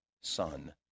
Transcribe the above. son